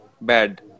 bad